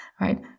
right